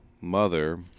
mother